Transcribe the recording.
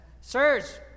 Sirs